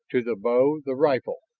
to the bow, the rifle,